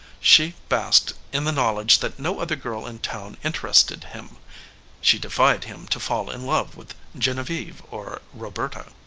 she basked in the knowledge that no other girl in town interested him she defied him to fall in love with genevieve or roberta.